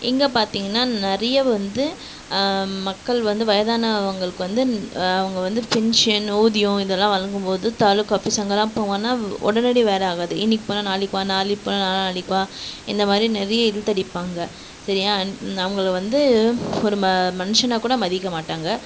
இங்கே பார்த்திங்கன்னா நிறைய வந்து மக்கள் வந்து வயதானவர்களுக்கு வந்து அவங்க வந்து பென்ஷன் ஊதியம் இதெலாம் வழங்கும்போது தாலுக்கா ஆஃபீஸ் அங்கெலாம் போனோன்னால் உடனடி வேலை ஆகாது இன்னிக்கு போனால் நாளைக்கு வா நாளைக்கு போனால் நாளாநாளைக்கு வா இந்த மாதிரி நிறைய இழுத்தடிப்பாங்க சரியா அவங்கள வந்து ஒரு ம மனுஷனாக கூட மதிக்க மாட்டாங்க